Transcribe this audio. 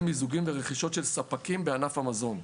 מיזוגים ורכישות של ספקים בענף המזון.